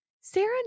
Sarah